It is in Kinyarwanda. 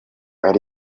ari